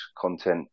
content